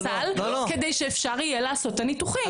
לסל, כדי שאפשר יהיה לעשות את הניתוחים.